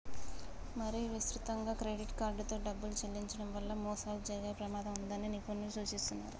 మరీ విస్తృతంగా క్రెడిట్ కార్డుతో డబ్బులు చెల్లించడం వల్ల మోసాలు జరిగే ప్రమాదం ఉన్నదని నిపుణులు సూచిస్తున్నరు